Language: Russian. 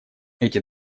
эти